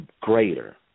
greater